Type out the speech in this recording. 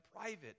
private